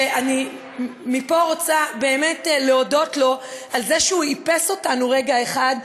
שאני מפה רוצה באמת להודות לו על זה שהוא איפס אותנו רגע אחד,